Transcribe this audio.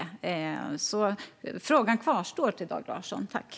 Min fråga till Dag Larsson kvarstår.